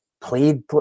played